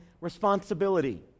responsibility